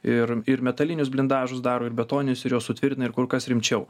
ir ir metalinius blindažus daro ir betoninius ir juos sutvirtina ir kur kas rimčiau